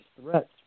threats